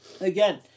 Again